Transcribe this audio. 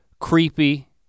creepy